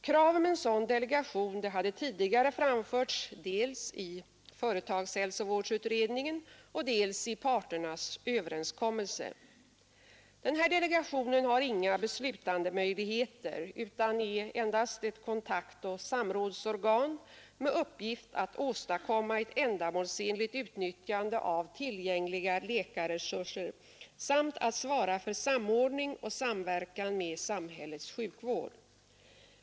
Krav om en sådan delegation hade tidigare framförts dels i företagshälsovårdsutredningen, dels i parternas överenskommelse. Delegationen har inga beslutandemöjligheter utan är ett kontaktoch samrådsorgan med uppgift att åstadkomma ett ändamålsenligt utnyttjande av tillgängliga läkarresurser samt att svara för samordning och samverkan med samhällets sjukvård.